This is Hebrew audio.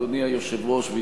אדוני היושב-ראש,